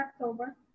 October